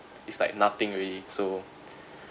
it's like nothing already so